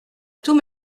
tous